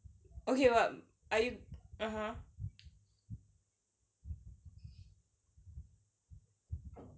okay what are you (uh huh)